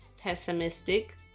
pessimistic